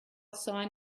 sign